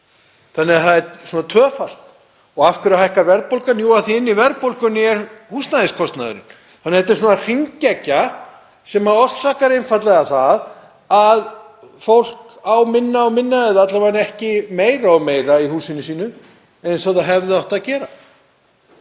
þannig að það er tvöfalt. Og af hverju hækkar verðbólgan? Jú, af því inni í verðbólgunni er húsnæðiskostnaðurinn. Þetta er því svona hringekja sem orsakar það einfaldlega að fólk á minna og minna eða alla vega ekki meira og meira í húsinu sínu eins og það hefði átt að gera.